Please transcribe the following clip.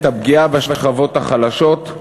את הפגיעה בשכבות החלשות,